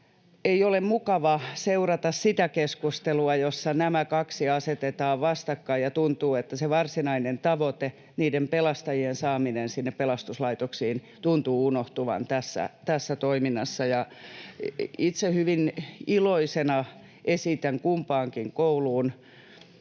ei ole mukava seurata sitä keskustelua, jossa nämä kaksi asetetaan vastakkain ja tuntuu, että se varsinainen tavoite, niiden pelastajien saaminen sinne pelastuslaitoksiin, unohtuu tässä toiminnassa. Itse hyvin iloisena esitän kumpaankin kouluun